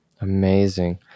Amazing